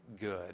good